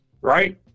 right